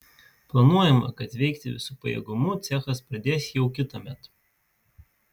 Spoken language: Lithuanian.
planuojama kad veikti visu pajėgumu cechas pradės jau kitąmet